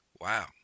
wow